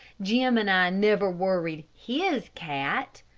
jim and i never worried his cat.